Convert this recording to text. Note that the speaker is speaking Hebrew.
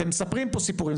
אתם מספרים פה סיפורים,